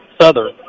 Southern